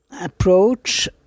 approach